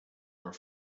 are